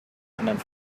anderen